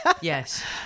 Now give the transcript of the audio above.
Yes